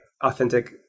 authentic